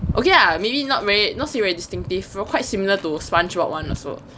okay lah maybe not very not say distinctive but quite similar to spongebob one also